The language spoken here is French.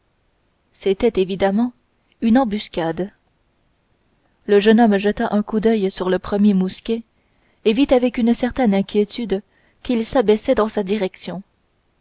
c'était évidemment une embuscade le jeune homme jeta un coup d'oeil sur le premier mousquet et vit avec une certaine inquiétude qu'il s'abaissait dans sa direction